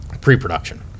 pre-production